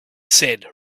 said